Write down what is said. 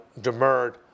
demurred